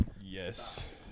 Yes